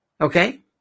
Okay